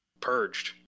purged